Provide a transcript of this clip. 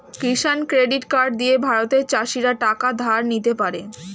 কিষান credit card দিয়ে ভারতের চাষীরা টাকা ধার নিতে পারে